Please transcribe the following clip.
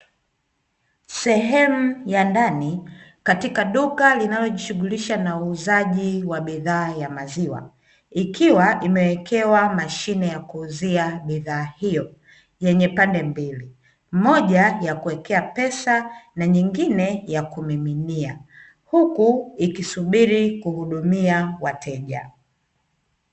Sehemu ya ndani katika duka linalo jishughulisha na uuzaji wa bidhaa ya maziwa. Ikiwa imewekewa mashine ya kuuzia bidhaa hiyo yenye pande mbili moja ya kuwekea pesa na nyingine ya kumiminia, huku ikisubiri kuhudimia wateja.